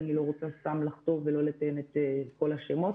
אני לא רוצה סתם לחטוא ולא לציין את כל השמות.